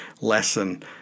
lesson